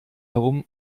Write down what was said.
herum